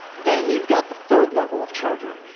then you've got the third level of charger,